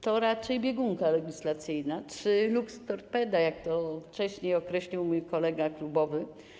To raczej biegunka legislacyjna czy lukstorpeda, jak to wcześniej określił mój kolega klubowy.